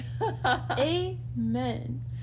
Amen